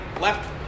left